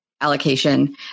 allocation